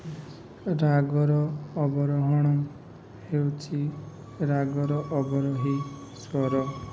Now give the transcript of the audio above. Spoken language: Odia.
ରାଗର ଅବରୋହଣମ୍ ହେଉଛି ରାଗର ଅବରୋହୀ ସ୍ୱର